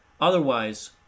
Otherwise